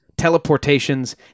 teleportations